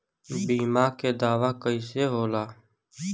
बीमा के दावा कईसे होला?